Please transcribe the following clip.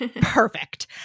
Perfect